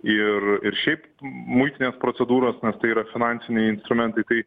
ir ir šiaip muitinės procedūros nes tai yra finansiniai instrumentai tai